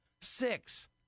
Six